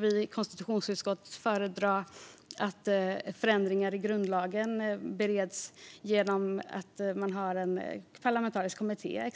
Vi i konstitutionsutskottet brukar föredra att förändringar i grundlagen bereds av exempelvis en parlamentarisk kommitté.